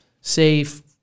safe